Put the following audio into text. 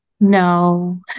No